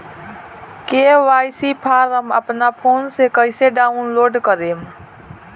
KYC form अपना phone मे कइसे डाऊनलोड करेम?